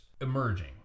emerging